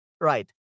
right